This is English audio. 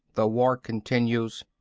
the war continues.